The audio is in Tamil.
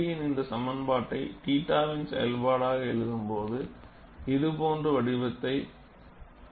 Rp இன் இந்த சமன்பாட்டை θ வின் செயல்பாடாக எழுதும்போது இது போன்ற ஒரு வடிவத்தை எடுக்கும்